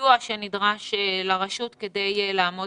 הסיוע שנדרש לרשות כדי לעמוד